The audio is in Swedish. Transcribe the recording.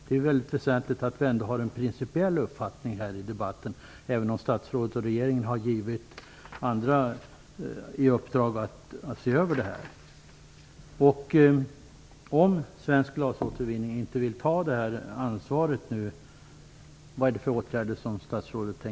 Det är väsentligt att vi ändå har en principiell uppfattning här i debatten, även om statsrådet och regeringen har givit andra i uppdrag att se över frågan.